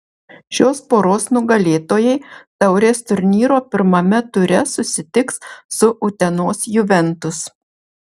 šios poros nugalėtojai taurės turnyro pirmame ture susitiks su utenos juventus